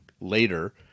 later